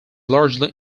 largely